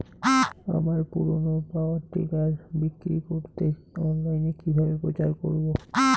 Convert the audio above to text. আমার পুরনো power tiller বিক্রি করাতে অনলাইনে কিভাবে প্রচার করব?